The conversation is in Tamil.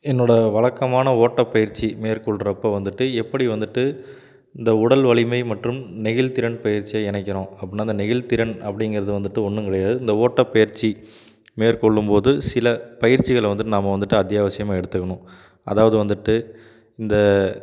என்னோடய வழக்கமான ஓட்டப் பயிற்சி மேற்கொள்கிறப்ப வந்துட்டு எப்படி வந்துட்டு இந்த உடல் வலிமை மற்றும் நெகிழ்த் திறன் பயிற்சியை இணைக்கணும் அப்பட்னா அந்த நெகிழ் திறன் அப்படிங்கிறது வந்துட்டு ஒன்னும் கிடையாது இந்த ஓட்டப் பயிற்சி மேற்கொள்ளும் போது சில பயிற்சிகளை வந்துட்டு நாம் வந்துட்டு அத்தியாவசியமாக எடுத்துக்கணும் அதாவது வந்துட்டு இந்த